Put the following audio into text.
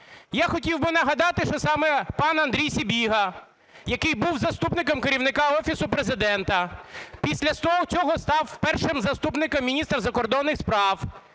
Я хотів би нагадати, що саме пан Андрій Сибіга, який був заступником Керівника Офісу Президента, після цього став першим заступником міністра закордонних справ,